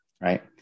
Right